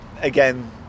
again